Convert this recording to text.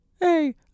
Hey